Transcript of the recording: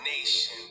nation